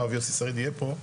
הרב יוסי שריד יהיה פה,